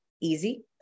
easy